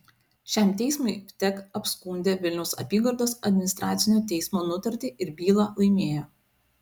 šiam teismui vtek apskundė vilniaus apygardos administracinio teismo nutartį ir bylą laimėjo